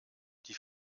die